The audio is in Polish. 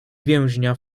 więźnia